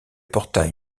portail